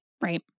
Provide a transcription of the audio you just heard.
Right